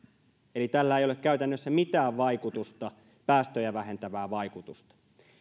eli tällä ei ole käytännössä mitään päästöjä vähentävää vaikutusta